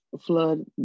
flood